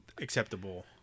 acceptable